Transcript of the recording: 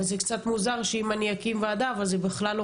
אבל זה קצת מוזר שאני אקים ועדה וזה בכלל לא